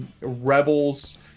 Rebels